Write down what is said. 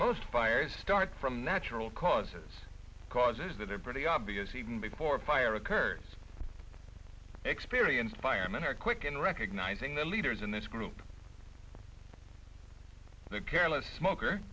most fires start from natural causes causes that are pretty obvious even before a fire occurs experienced firemen are quick in recognizing the leaders in this group the careless smoke